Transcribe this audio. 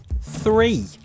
Three